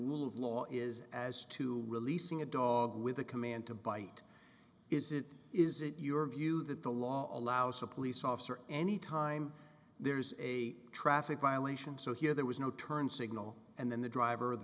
rule of law is as to releasing a dog with a command to bite is it is it your view that the law allows a police officer any time there's a traffic violation so here there was no turn signal and then the driver of the